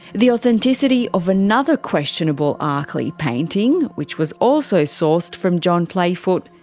the authenticity of another questionable arkley painting, which was also sourced from john playfoot,